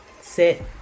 sit